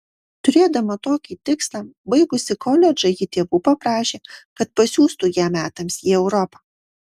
turėdama tokį tikslą baigusi koledžą ji tėvų paprašė kad pasiųstų ją metams į europą